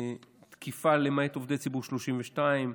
תקיפה למעט עובדי ציבור, 32,